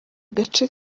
agace